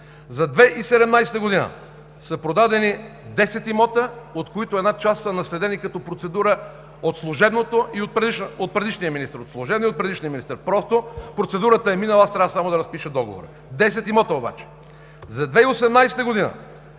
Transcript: за 2017 г. са продадени десет имота, от които една част са наследени като процедура от служебния и от предишния министър – процедурата е минала, аз трябва само да разпиша договора. Десет имота обаче! За 2018 г.